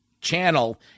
channel